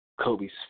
Kobe's